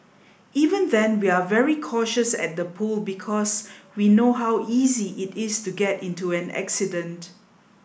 even then we're very cautious at the pool because we know how easy it is to get into an accident